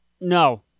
No